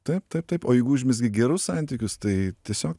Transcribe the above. taip taip taip o jeigu užmezgi gerus santykius tai tiesiog